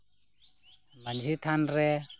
ᱢᱟᱺᱡᱷᱤ ᱛᱷᱟᱱ ᱨᱮ